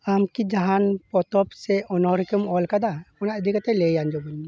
ᱟᱢ ᱠᱤ ᱡᱟᱦᱟᱱ ᱯᱚᱛᱚᱵ ᱥᱮ ᱚᱱᱚᱲᱦᱮ ᱠᱚᱢ ᱚᱞ ᱟᱠᱟᱫᱟ ᱚᱱᱟ ᱤᱫᱤ ᱠᱟᱛᱮ ᱞᱟᱹᱭ ᱟᱡᱚᱢ ᱟᱹᱧ ᱢᱮ